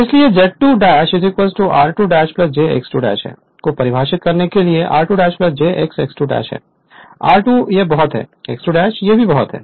इसलिए Z2 r2 ' j S X 2 ' को परिभाषित करें जो r2 ' j S X 2 ' है r2 ' यह बहुत है X 2' यह बहुत है